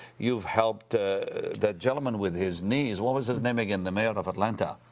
you've helped that gentleman with his knees. what was his name again, the mayor of atlanta?